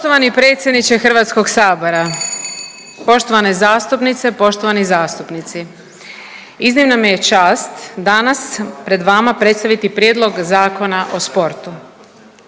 Poštovani predsjedniče Hrvatskog sabora, poštovane zastupnice, poštovani zastupnici iznimna mi je čast danas pred vama predstaviti Prijedlog Zakona o sportu.